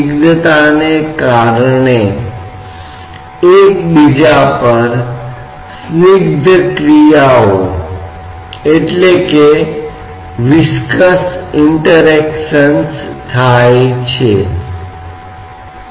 जब यह द्रव तत्व स्थिर है इसका मतलब होता है हमें यकीन है कि यह गैर विकृत है क्योंकि विकृत होने वाला द्रव तत्व निश्चित रूप से स्थिर रहने वाला द्रव तत्व नहीं है